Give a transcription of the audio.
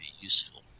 useful